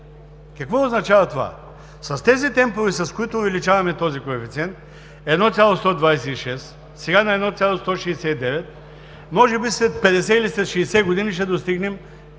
Какво означава това? С тези темпове, с които увеличаваме този коефициент 1,126, сега на 1,169, може би след 50 или 60 години ще достигнем